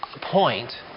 point